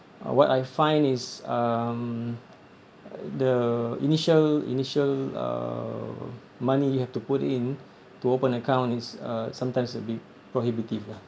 what I find is um the initial initial uh money you have to put in to open an account is uh sometimes a bit prohibitive lah